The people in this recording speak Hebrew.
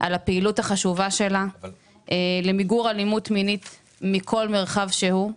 על הפעילות החשובה שלה למיגור אלימות מינית מכל מרחב שהוא,